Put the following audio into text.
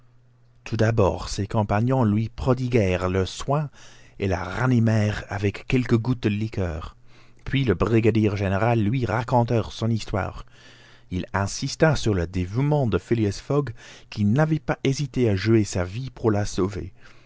tout d'abord ses compagnons lui prodiguèrent leurs soins et la ranimèrent avec quelques gouttes de liqueur puis le brigadier général lui raconta son histoire il insista sur le dévouement de phileas fogg qui n'avait pas hésité à jouer sa vie pour la sauver